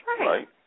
right